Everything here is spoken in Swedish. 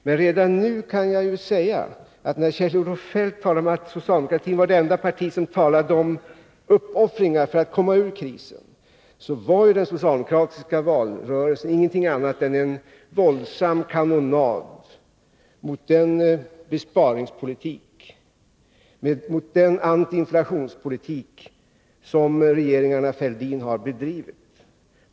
Men redan nu kan jag säga — eftersom Kjell-Olof Feldt sade att socialdemokratin var det enda parti som talade om uppoffringar för att komma ur krisen — att den socialdemokratiska valrörelsen inte var någonting annat än en våldsam kanonad mot den besparingspolitik och mot den antiinflationspolitik som regeringarna Fälldin har bedrivit.